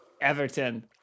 Everton